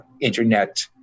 internet